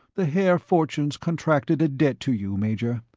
the haer fortunes contracted a debt to you, major.